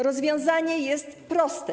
Rozwiązanie jest proste.